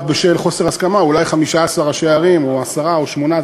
בשל חוסר הסכמה אולי 15 ראשי ערים או עשרה או שמונה,